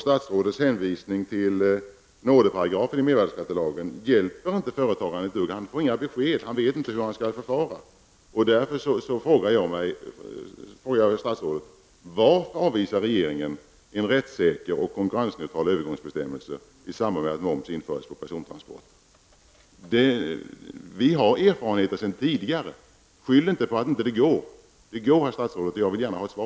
Statsrådets hänvisning till nådeparagrafen i mervärdeskattelagen hjälper inte företagaren ett dugg. Han får inga besked, han vet inte hur han skall förfara. Därför frågar jag statsrådet: Varför avvisar regeringen en rättssäker och konkurrensneutral övergångsbestämmelse i samband med att moms införs på persontransporter? Vi har erfarenheter sedan tidigare. Skyll inte på att det inte går! Det går, herr statsrådet, och jag vill gärna ha svar.